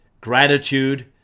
gratitude